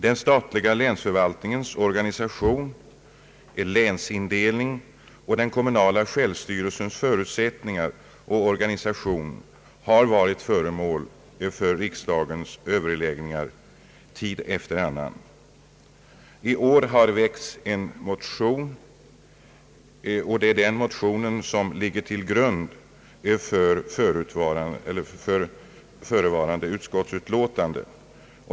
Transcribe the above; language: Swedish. Den statliga länsförvaltningens organisation, länsindelningen, den kommunala självstyrelsens förutsättningar och organisation har varit föremål för riksdagens överläggningar tid efter annan. I år har väckts en motion som ligger till grund för förevarande utskottsutlåtande.